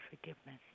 forgiveness